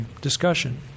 Discussion